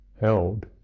held